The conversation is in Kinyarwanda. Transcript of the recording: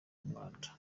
umwanda